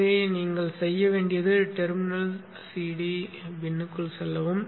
எனவே நீங்கள் செய்ய வேண்டியது டெர்மினல் சிடி பின் க்குள் செல்லவும்